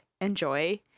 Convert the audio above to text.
Enjoy